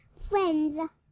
friends